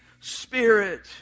Spirit